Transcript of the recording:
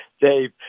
Dave